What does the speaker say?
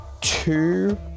two